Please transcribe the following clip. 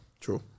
True